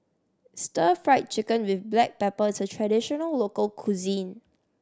Stir Fried Chicken with black pepper is a traditional local cuisine